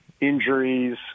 injuries